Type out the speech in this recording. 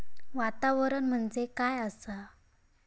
वातावरण म्हणजे काय असा?